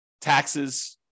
taxes